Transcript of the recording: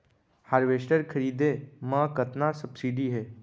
Harvester खरीदे म कतना सब्सिडी हे?